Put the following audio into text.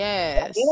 Yes